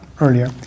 earlier